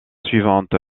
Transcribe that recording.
suivante